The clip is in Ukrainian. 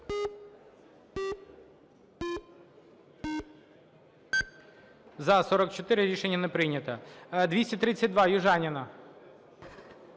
За-44 Рішення не прийнято. 232-а, Южаніна.